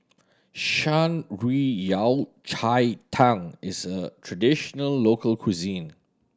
Shan Rui Yao Cai Tang is a traditional local cuisine